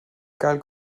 gael